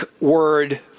word